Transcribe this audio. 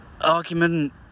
argument